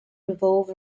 revolve